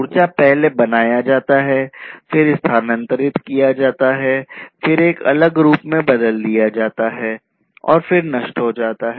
ऊर्जा पहले बनाया जाता है फिर स्थानांतरित किया जाता है फिर एक अलग रूप में बदल दिया जाता है और फिर नष्ट हो जाता है